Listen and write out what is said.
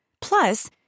Plus